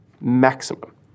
maximum